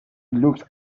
look